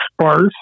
sparse